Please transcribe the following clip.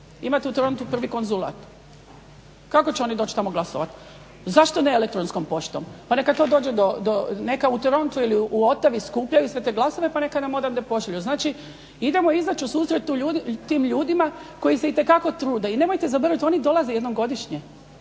Imate u Torontu prvi konzulat. Kako će oni doći tamo glasovati? Zašto ne elektronskom poštom? Pa neka u Torontu ili u Ottawi skupljaju sve te glasove pa neka nam odavde pošalju. Znači, idemo izaći u susret tim ljudima koji se itekako trude. I nemojte zaboraviti oni dolaze jednom godišnje,